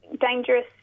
dangerous